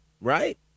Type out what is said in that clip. right